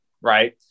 Right